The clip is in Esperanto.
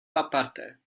aparte